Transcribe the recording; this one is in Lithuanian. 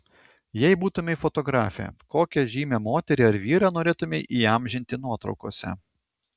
jei būtumei fotografė kokią žymią moterį ar vyrą norėtumei įamžinti nuotraukose